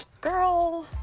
Girl